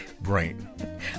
brain